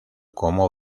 como